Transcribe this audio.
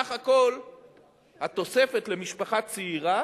בסך הכול התוספת למשפחה צעירה